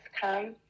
come